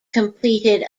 completed